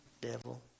Devil